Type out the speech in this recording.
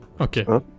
Okay